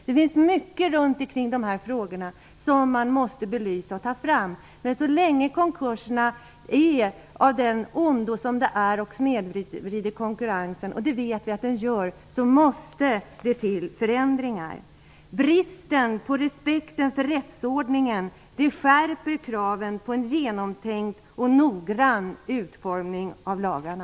Det finns mycket kring dessa frågor som man måste belysa, men så länge konkurserna är av ondo och snedvrider konkurrensen, vilket vi vet att de gör, måste det till förändringar. Bristen på respekten för rättsordningen skärper kraven på en noggrant genomtänkt utformning av lagarna.